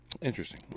Interesting